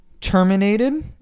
terminated